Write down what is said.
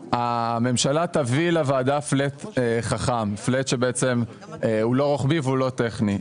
חכם, flat שהוא לא רוחבי והוא לא טכני.